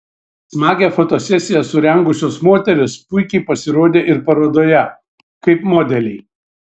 smagią fotosesiją surengusios moterys puikiai pasirodė ir parodoje kaip modeliai